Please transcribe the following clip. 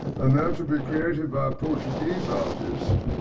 and they're to be created by a portuguese artist,